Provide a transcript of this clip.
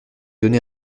donné